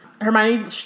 Hermione